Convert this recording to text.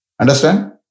Understand